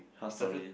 tell story